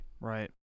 Right